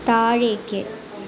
താഴേക്ക്